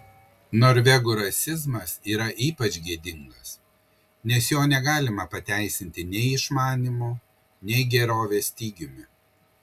norvegų rasizmas yra ypač gėdingas nes jo negalima pateisinti nei išmanymo nei gerovės stygiumi